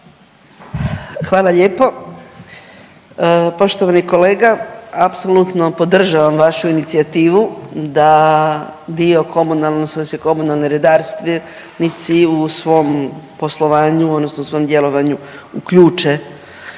Hvala lijepo. Poštovani kolega, apsolutno podržavam vašu inicijativu da dio komunalne snosi komunalni redarstvenici u svom poslovanju, odnosno svom djelovanju uključe